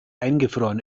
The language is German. eingefroren